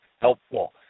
helpful